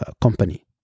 company